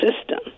system